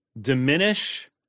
diminish